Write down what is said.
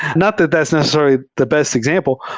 not that that's necessarily the best example,